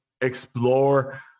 explore